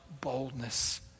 boldness